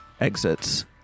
exits